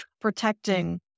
protecting